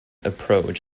approach